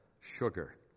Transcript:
sugar